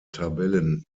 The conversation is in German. tabellen